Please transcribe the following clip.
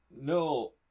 no